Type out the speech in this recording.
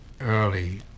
early